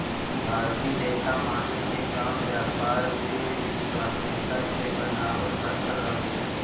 भारतीय लेखा मानक के काम व्यापार में विश्वसनीयता के बनावल रखल हवे